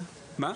מה?